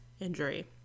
injury